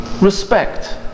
Respect